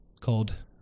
called